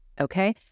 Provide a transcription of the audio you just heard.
okay